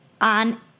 on